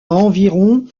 environ